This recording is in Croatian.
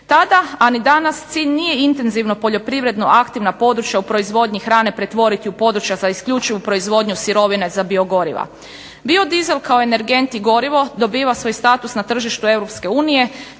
Tada, a ni danas cilj nije intenzivno poljoprivredno aktivna područja u proizvodnji hrane pretvoriti u područja za isključivu proizvodnju sirovina za biogoriva. Biodizel kao energent i gorivo dobiva svoj status na tržištu